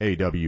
AW